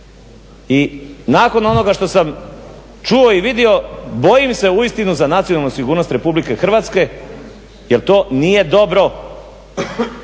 I nakon onoga što sam čuo i vidio bojim se uistinu za nacionalnu sigurnost RH jel to nije dobro.